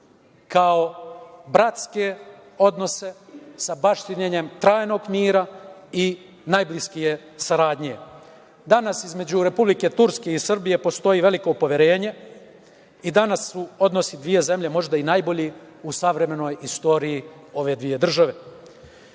kao bratske odnose sa baštinjenjem trajnog mira i najbliskije saradnje. Danas između Republike Turske i Srbije postoji veliko poverenje i danas su odnosi dve zemlje možda i najbolji u savremenoj istoriji ove dve države.